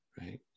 Right